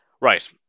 Right